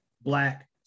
Black